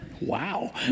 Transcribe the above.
Wow